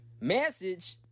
Message